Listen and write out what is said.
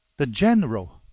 the general,